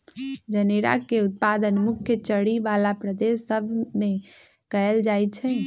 जनेरा के उत्पादन मुख्य चरी बला प्रदेश सभ में कएल जाइ छइ